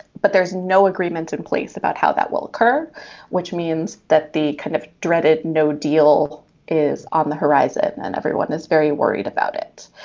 but there's no agreement in place about how that will occur which means that the kind of dreaded no deal is on the horizon and everyone is very worried about it.